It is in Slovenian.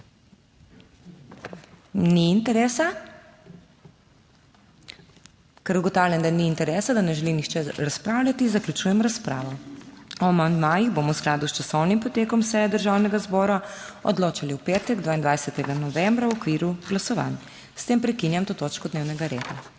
Ni interesa. Ker ugotavljam, da ni interesa, da ne želi nihče razpravljati, zaključujem razpravo. O amandmajih bomo v skladu s časovnim potekom seje Državnega zbora odločali v petek 22. novembra v okviru glasovanj. S tem prekinjam to točko dnevnega reda.